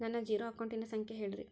ನನ್ನ ಜೇರೊ ಅಕೌಂಟಿನ ಸಂಖ್ಯೆ ಹೇಳ್ರಿ?